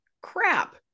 crap